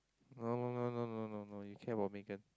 no no no no no no no you care about Megan